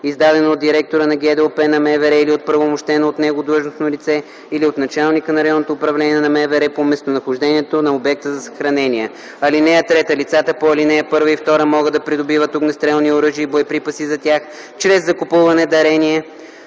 издадено от директора на ГДОП на МВР или от оправомощено от него длъжностно лице, или от началника на РУ на МВР по местонахождението на обекта за съхранение. (3) Лицата по ал. 1 и 2 могат да придобиват огнестрелни оръжия и боеприпаси за тях чрез закупуване, дарение,